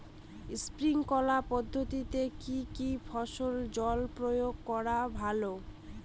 Sprinkler পদ্ধতিতে কি কী ফসলে জল প্রয়োগ করা ভালো?